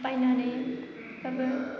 बायनानै बाबो